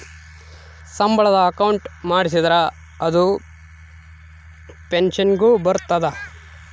ಸಂಬಳದ ಅಕೌಂಟ್ ಮಾಡಿಸಿದರ ಅದು ಪೆನ್ಸನ್ ಗು ಬರ್ತದ